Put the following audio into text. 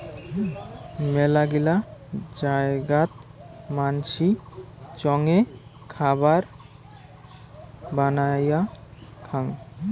মেলাগিলা জায়গাত মানসি চঙে খাবার বানায়া খায়ং